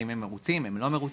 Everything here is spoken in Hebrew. האם הם מרוצים או לא מרוצים.